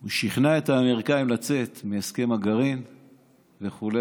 הוא שכנע את האמריקאים לצאת מהסכם הגרעין וכו'